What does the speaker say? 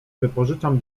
wypożyczam